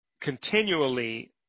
continually